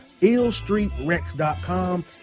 IllStreetRex.com